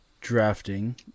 drafting